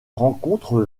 rencontre